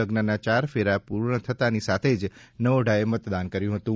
લગ્નના ચાર ફેરા પૂર્ણ થતાંની સાથે જ નવોઢાએ મતદાન કર્યું હતું